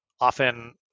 often